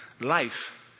Life